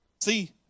See